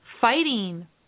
fighting